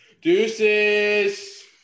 Deuces